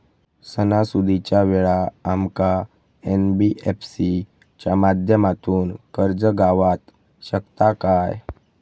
सणासुदीच्या वेळा आमका एन.बी.एफ.सी च्या माध्यमातून कर्ज गावात शकता काय?